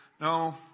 No